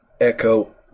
echo